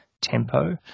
tempo